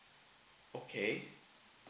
okay